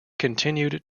continued